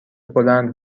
بلند